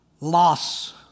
loss